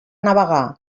navegar